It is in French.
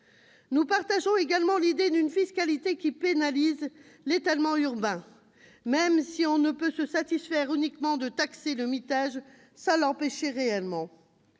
Nous partageons également l'idée d'une fiscalité qui pénalise l'étalement urbain, même si l'on ne peut se satisfaire de taxer le mitage sans l'empêcher réellement.